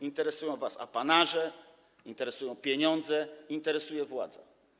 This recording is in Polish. Interesują was apanaże, interesują pieniądze, interesuje władza.